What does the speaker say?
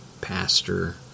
pastor